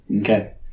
Okay